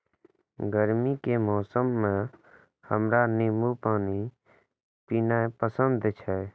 गर्मी के मौसम मे हमरा नींबू पानी पीनाइ पसंद छै